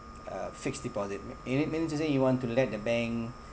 uh fixed deposit it it means to say you want to let the bank